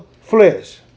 flesh